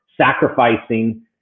sacrificing